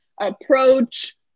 approach